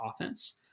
offense